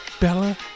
Bella